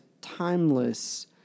timeless